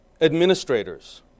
administrators